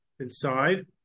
Inside